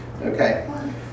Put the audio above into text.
Okay